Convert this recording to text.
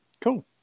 Cool